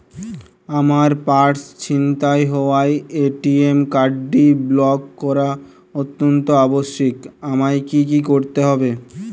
আমার পার্স ছিনতাই হওয়ায় এ.টি.এম কার্ডটি ব্লক করা অত্যন্ত আবশ্যিক আমায় কী কী করতে হবে?